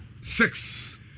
six